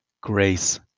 Grace